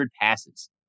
passes